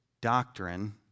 doctrine